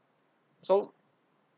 so